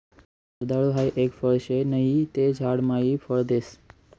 जर्दाळु हाई एक फळ शे नहि ते झाड मायी फळ देस